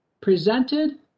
presented